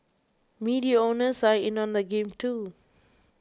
media owners are in on the game too